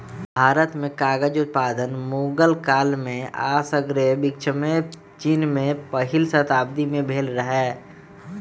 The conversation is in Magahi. भारत में कागज उत्पादन मुगल काल में आऽ सग्रे विश्वमें चिन में पहिल शताब्दी में भेल रहै